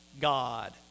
god